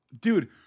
Dude